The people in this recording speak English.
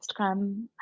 Instagram